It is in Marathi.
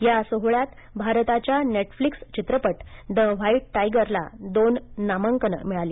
या सोहोळ्यांत भारताच्या नेटफ्लिक्स चित्रपट द व्हाईट टायगर ला दोन नामांकनं मिळाली